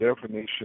definition